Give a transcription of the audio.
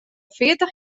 veertig